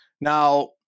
Now